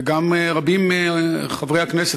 וגם רבים מחברי הכנסת,